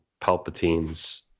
Palpatine's